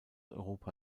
europa